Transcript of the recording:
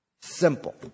Simple